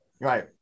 Right